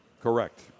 Correct